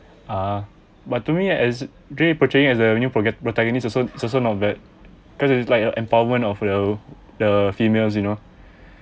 ah but to me as rey portraying as a new prota~ protagonist is also is also not bad cause it's like a empowerment of the the females you know